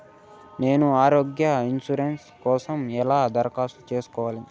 నేను ఆరోగ్య ఇన్సూరెన్సు కోసం ఎలా దరఖాస్తు సేసుకోవాలి